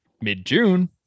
mid-June